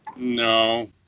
No